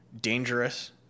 dangerous